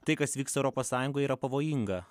tai kas vyksta europos sąjungoje yra pavojinga